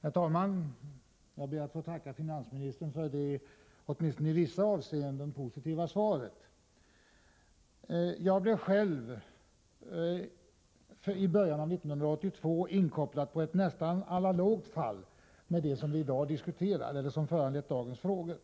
Herr talman! Jag ber att få tacka finansministern för det, åtminstone i vissa avseenden, positiva svaret. Jag blev själv i början av 1982 inkopplad på ett fall som är analogt med det som föranlett dagens frågor.